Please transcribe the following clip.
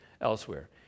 elsewhere